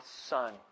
son